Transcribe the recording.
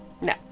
No